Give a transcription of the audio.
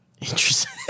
Interesting